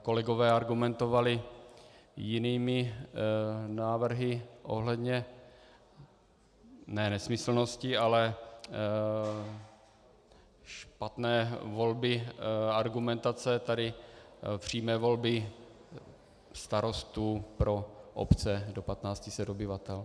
Kolegové argumentovali jinými návrhy ohledně ne nesmyslnosti, ale špatné volby argumentace tady přímé volby starostů pro obce do 1 500 obyvatel.